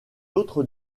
autre